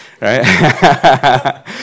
right